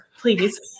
please